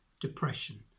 depression